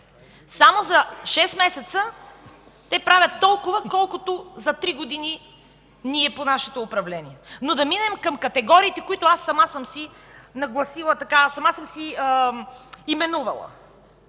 Само за шест месеца те правят толкова, колкото за три години ние по нашето управление, но да минем към категориите, които аз сама съм си именувала.